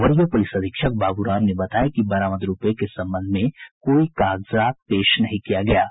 वरीय पुलिस अधीक्षक बाबू राम ने बताया कि बरामद रूपये के संबंध में कोई कागजात पेश नहीं किया गया है